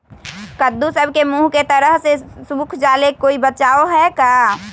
कददु सब के मुँह के तरह से सुख जाले कोई बचाव है का?